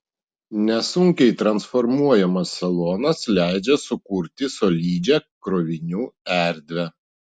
nesunkiai transformuojamas salonas leidžia sukurti solidžią krovinių erdvę